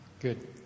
Good